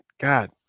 God